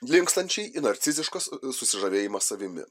linkstančiai į narciziškas susižavėjimą savimi